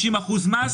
בדיוק.